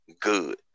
good